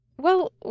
Well